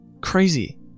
Crazy